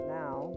now